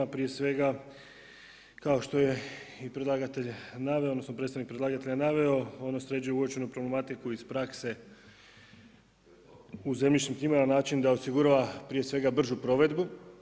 Prije svega kao što je i predlagatelj naveo, odnosno predstavnik predlagatelja naveo ono sređuje uočenu problematiku iz prakse u zemljišnim knjigama na način da osigurava prije svega bržu provedbu.